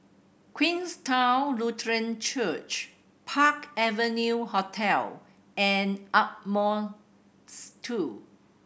Queenstown Lutheran Church Park Avenue Hotel and Ardmore Two